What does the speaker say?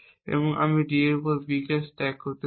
এবং আমি D এর উপর B স্ট্যাক করতে চাই